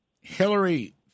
Hillary